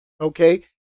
Okay